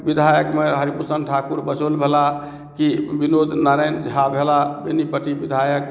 विधायकमे हरिभूषण ठाकुर बचौल भेला कि विनोद नारायण झा भेला बेनीपट्टी विधायक